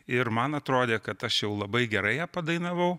ir man atrodė kad aš jau labai gerai ją padainavau